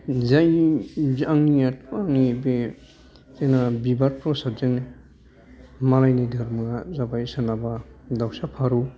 जैनि आंनियाथ' आंनि बे जेब्ला बिबार प्रसादजोंनो मालायनि धोरमोया जाबाय सोरनाबा दावसा फारौ